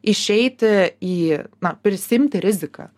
išeiti į na prisiimti riziką